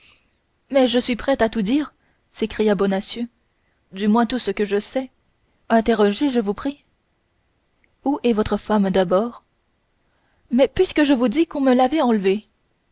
mais je suis prêt à tout dire s'écria bonacieux du moins tout ce que je sais interrogez je vous prie où est votre femme d'abord mais puisque je vous ai dit qu'on me l'avait enlevée